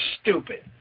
stupid